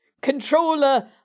controller